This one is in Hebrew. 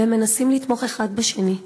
והם מנסים לתמוך אחד בשני.